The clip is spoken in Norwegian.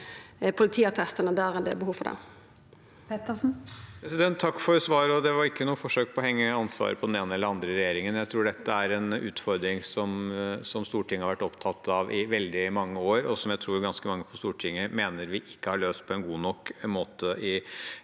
Det var ikke noe forsøk på å henge ansvaret på den ene eller den andre regjeringen. Jeg tror dette er en utfordring som Stortinget har vært opptatt av i veldig mange år, og jeg tror ganske mange på Stortinget mener vi ikke løser den på en god nok måte i dag.